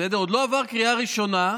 עוד לא עבר קריאה ראשונה,